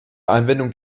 anwendung